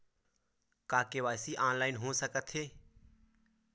का KYC online हो सकथे?